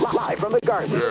live from the garden yeah